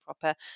proper